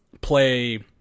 play